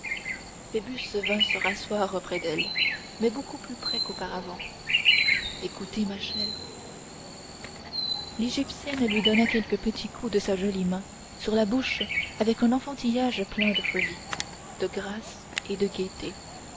phoebus vint se rasseoir près d'elle mais beaucoup plus près qu'auparavant écoutez ma chère l'égyptienne lui donna quelques petits coups de sa jolie main sur la bouche avec un enfantillage plein de folie de grâce et de gaieté